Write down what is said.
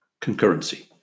concurrency